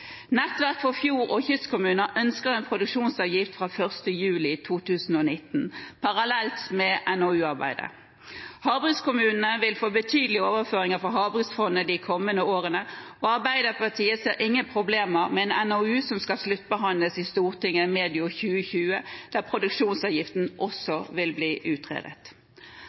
Nettverk for fjord- og kystkommuner ønsker en produksjonsavgift fra 1. juli 2019, parallelt med NOU-arbeidet. Havbrukskommunene vil få betydelige overføringer fra Havbruksfondet de kommende årene, og Arbeiderpartiet ser ingen problemer med en NOU som skal sluttbehandles i Stortinget medio 2020, der produksjonsavgiften også vil bli utredet.